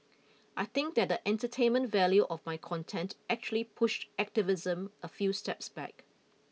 I think that the entertainment value of my content actually pushed activism a few steps back